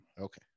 Okay